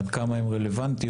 עד כמה הן רלוונטיות,